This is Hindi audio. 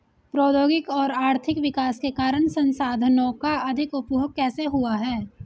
प्रौद्योगिक और आर्थिक विकास के कारण संसाधानों का अधिक उपभोग कैसे हुआ है?